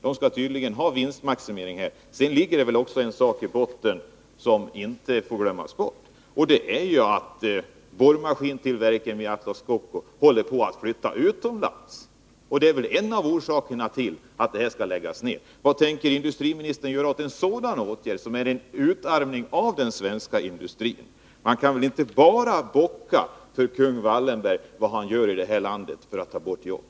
Man skall tydligen ha vinstmaximering här. Sedan ligger det väl en sak i botten, som inte får glömmas bort, och det är att borrmaskintillverkningen i Atlas Copco håller på att flyttas utomlands. Det är väl en av orsakerna till att denna smedja skall läggas ned. Vad tänker industriministern göra åt en sådan åtgärd, som innebär en utarmning av den svenska industrin? Man kan väl inte bara bocka för Kung Wallenberg och för vad han gör i det här landet för att ta bort jobb.